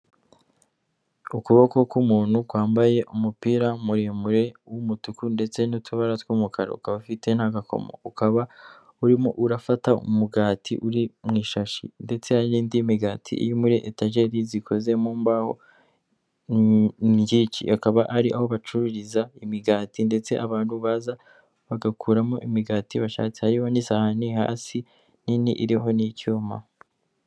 Ukuboko k'umuntu kwambaye umupira muremure w'umutuku ndetse n'utubara tw'umukara ukaba ufite n'agakomo ukaba urimo urafata umugati uri mu ishashi ndetse hari n'indi migati iri muri etajeri zikoze mu mbaho akaba ari aho bacururiza imigati ndetse abantu baza bagakuramo imigati bashatse hariho n'isahani hasi nini iriho n'icyuma.